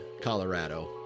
Colorado